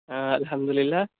ہاں الحمد اللہ